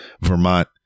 Vermont